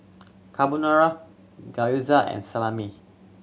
Carbonara Gyoza and Salami